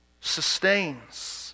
sustains